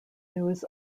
news